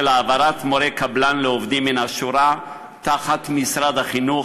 העברת מורי קבלן לעובדים מן השורה תחת משרד החינוך,